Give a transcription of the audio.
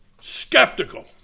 skeptical